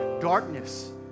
darkness